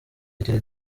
igira